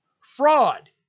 Fraud